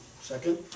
second